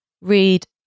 read